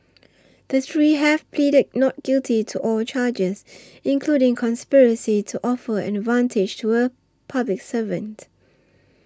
the three have pleaded not guilty to all charges including conspiracy to offer an advantage to a public servant